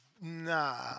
nah